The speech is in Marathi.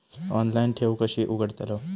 ऑनलाइन ठेव कशी उघडतलाव?